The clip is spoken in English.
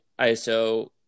ISO